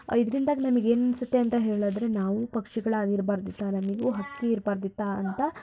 ಇದರಿಂದಾಗಿ ನಮಗೇನನ್ಸುತ್ತೆ ಅಂತ ಹೇಳಿದ್ರೆ ನಾವು ಪಕ್ಷಿಗಳಾಗಿರ್ಬಾರ್ದಿತ್ತ ನಮಗೂ ಹಕ್ಕಿ ಇರ್ಬಾರ್ದಿತ್ತಾ ಅಂತ